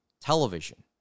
television